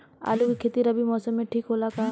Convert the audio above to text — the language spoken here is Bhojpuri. आलू के खेती रबी मौसम में ठीक होला का?